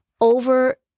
over